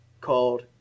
called